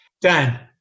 Dan